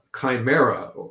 chimera